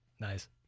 Nice